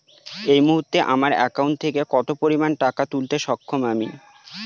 এই মুহূর্তে আমার একাউন্ট থেকে কত পরিমান টাকা তুলতে সক্ষম আমি?